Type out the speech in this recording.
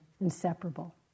inseparable